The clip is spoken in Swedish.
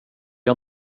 jag